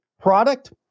Product